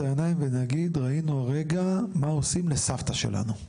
העניים ונגיד ראינו הרגע מה עושים לסבתא שלנו,